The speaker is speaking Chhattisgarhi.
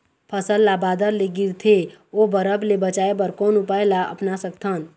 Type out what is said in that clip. फसल ला बादर ले गिरथे ओ बरफ ले बचाए बर कोन उपाय ला अपना सकथन?